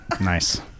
Nice